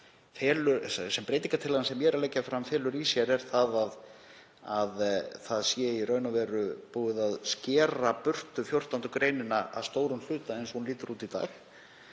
Það sem breytingartillagan sem ég legg fram felur í sér er að það sé í raun og veru búið að skera burtu 14. gr. að stórum hluta eins og hún lítur út í dag